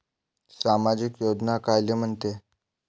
सामाजिक योजना कायले म्हंते?